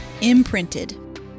imprinted